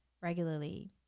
regularly